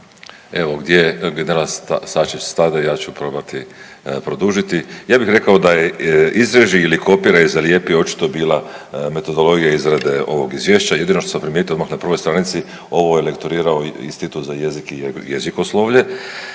Evo gdje je danas Sačić stade ja ću probati produžiti. Ja bih rekao da je izreži ili kopiraj i zalijepi, očito bila metodologija izrade ovog izvješća. Jedino što sam primijetio odmah na prvoj stranici ovo je lektorirao Institut za jezike i jezikoslovlje